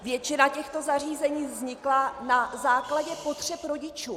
Většina těchto zařízení vznikla na základě potřeb rodičů.